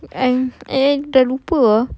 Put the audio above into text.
eh eh dah lupa ah